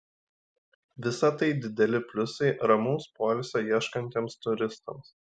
visa tai dideli pliusai ramaus poilsio ieškantiems turistams